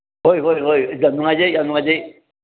ꯍꯣꯏ ꯍꯣꯏ ꯍꯣꯏ ꯌꯥꯝ ꯅꯨꯡꯉꯥꯏꯖꯩ ꯌꯥꯝ ꯅꯨꯡꯉꯥꯏꯖꯩ